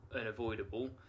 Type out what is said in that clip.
unavoidable